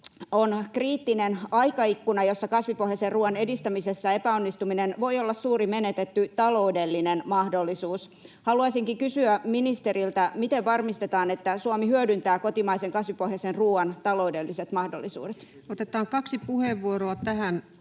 on kriittinen aikaikkuna, jossa kasvipohjaisen ruuan edistämisessä epäonnistuminen voi olla suuri menetetty taloudellinen mahdollisuus. Haluaisinkin kysyä ministeriltä: miten varmistetaan, että Suomi hyödyntää kotimaisen kasvipohjaisen ruuan taloudelliset mahdollisuudet? Otetaan kaksi puheenvuoroa tähän,